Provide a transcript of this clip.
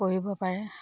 কৰিব পাৰে